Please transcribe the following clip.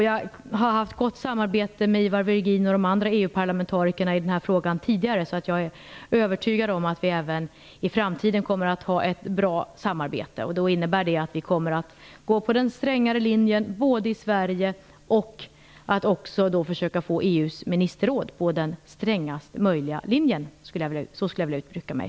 Jag har haft gott samarbete med Ivar Virgin och de andra EU parlamentarikerna i denna fråga tidigare, och jag är övertygad om att vi även i framtiden kommer att ha ett bra samarbete. Det innebär att vi kommer att gå på den strängare linjen i Sverige och försöker få EU:s ministerråd på den strängast möjliga linjen. Så skulle jag vilja uttrycka mig.